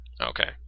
Okay